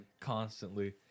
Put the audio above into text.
constantly